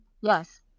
Yes